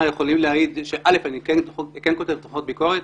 יכולים להעיד שאני כן כותב דוחות ביקורת